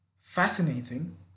fascinating